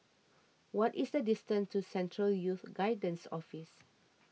what is the distance to Central Youth Guidance Office